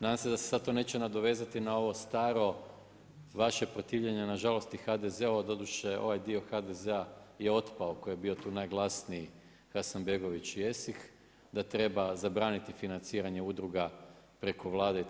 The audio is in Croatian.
Nadam se da se sad to neće nadovezati na ovo staro vaše protivljenje, nažalost i HDZ-a, doduše ovaj dio HDZ-a je otpao koji je bio tu najglasniji, Hasanbegović i Esih, da treba zabraniti financiranje udruga preko Vlade itd.